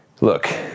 Look